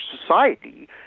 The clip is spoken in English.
society